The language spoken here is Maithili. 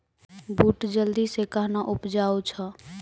बूट जल्दी से कहना उपजाऊ छ?